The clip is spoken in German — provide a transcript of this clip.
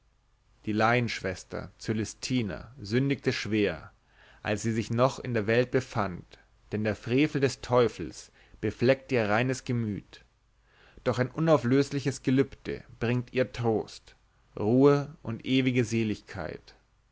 die laienschwester cölestina sündigte schwer als sie sich noch in der welt befand denn der frevel des teufels befleckte ihr reines gemüt doch ein unauflösliches gelübde bringt ihr trost ruhe und ewige seligkeit